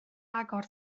agor